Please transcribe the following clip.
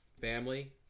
family